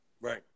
Right